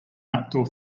outdoor